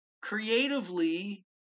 creatively